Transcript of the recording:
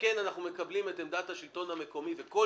שאנחנו כן מקבלים את עמדת השלטון המקומי וכל